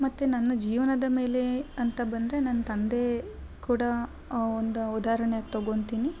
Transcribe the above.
ಮತ್ತು ನನ್ನ ಜೀವನದ ಮೇಲೆ ಅಂತ ಬಂದರೆ ನನ್ನ ತಂದೆ ಕೂಡ ಒಂದು ಉದಾರಣೆಯಾಗಿ ತಗೊತಿನಿ